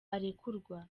arekurwa